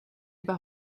dva